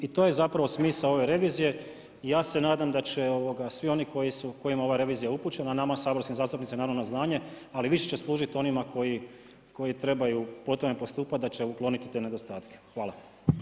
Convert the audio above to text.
I to je zapravo smisao ove revizije, ja se nadam da će svi oni kojima je ova revizija upućena, a nama saborskim zastupnicima naravno na znanje, ali više će služiti onima koji trebaju po tome postupati, da će ukloniti te nedostatke.